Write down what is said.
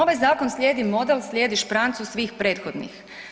Ovaj zakon slijedi model, slijedi šprancu svih prethodnih.